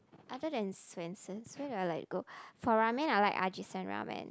other than Swensen's where do I like go for ramen I like Ajisen-ramen